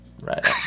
Right